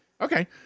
Okay